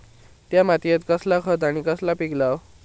त्या मात्येत कसला खत आणि कसला पीक लाव?